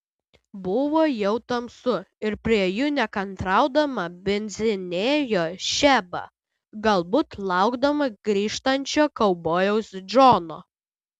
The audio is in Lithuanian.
buvo jau tamsu ir prie jų nekantraudama bindzinėjo šeba galbūt laukdama grįžtančio kaubojaus džono